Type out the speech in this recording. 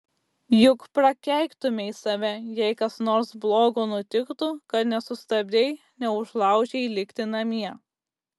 juk prakeiktumei save jei kas nors blogo nutiktų kad nesustabdei neužlaužei likti namie